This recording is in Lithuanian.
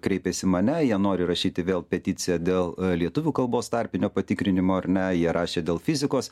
kreipės į mane jie nori rašyti vėl peticiją dėl lietuvių kalbos tarpinio patikrinimo ar ne jie rašė dėl fizikos